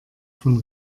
von